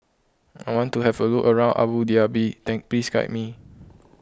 I want to have a look around Abu Dhabi then please guide me